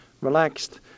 relaxed